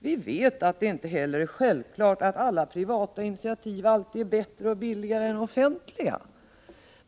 Vi vet att det inte heller är självklart att alla privata initiativ alltid är bättre och billigare än offentliga.